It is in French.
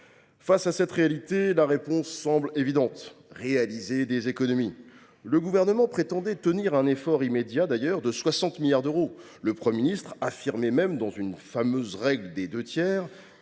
Face à cette réalité, la réponse semble évidente : réaliser des économies. Le Gouvernement prétendait fournir un effort immédiat de 60 milliards d’euros ; le Premier ministre affirmait même une fameuse règle des deux tiers